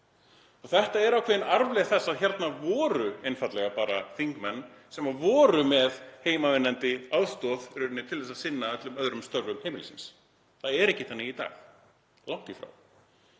Þetta er ákveðin arfleifð þess að hérna voru einfaldlega bara þingmenn sem voru með heimavinnandi aðstoð í rauninni til að sinna öllum öðrum störfum heimilisins. Það er ekki þannig í dag, langt því frá,